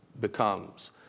becomes